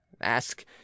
ask